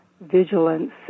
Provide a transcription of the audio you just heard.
vigilance